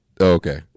Okay